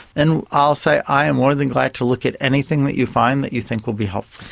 and i'll say, i am more than glad to look at anything that you find that you think will be helpful.